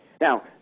Now